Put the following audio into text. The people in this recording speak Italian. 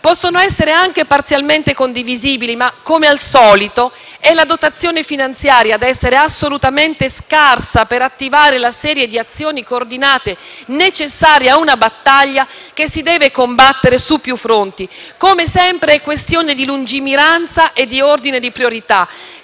possono essere anche parzialmente condivisibili, ma, come al solito, è la dotazione finanziaria ad essere assolutamente scarsa per attivare la serie di azioni coordinate necessarie ad una battaglia che si deve combattere su più fronti. Come sempre, è questione di lungimiranza e di ordine di priorità.